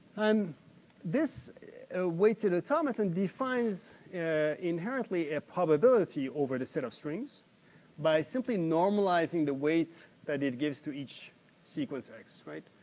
um this ah weighted automaton defines inherently a probability over this set of strings by simply normalizing the weight that it gives to each sequence x, right?